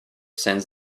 sends